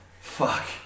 Fuck